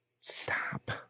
Stop